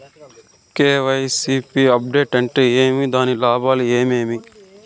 KYC update అంటే ఏమి? దాని లాభాలు ఏమేమి?